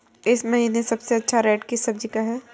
इस महीने सबसे अच्छा रेट किस सब्जी का है?